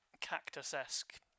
cactus-esque